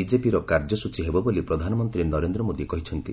ବିଜେପିର କାର୍ଯ୍ୟସ୍ଟଚୀ ହେବ ବୋଲି ପ୍ରଧାନମନ୍ତ୍ରୀ ନରେନ୍ଦ୍ର ମୋଦି କହିଛନ୍ତି